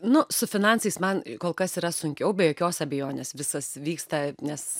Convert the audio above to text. nu su finansais man kol kas yra sunkiau be jokios abejonės visas vyksta nes